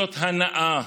זאת הנאה,